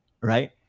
right